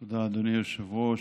תודה, אדוני היושב-ראש.